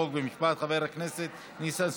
חוק ומשפט חבר הכנסת ניסן סלומנסקי.